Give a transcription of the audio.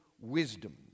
wisdom